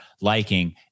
liking